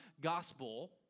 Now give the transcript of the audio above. Gospel